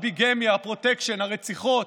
הביגמיה, הפרוטקשן, הרציחות,